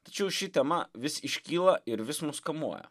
tačiau ši tema vis iškyla ir vis mus kamuoja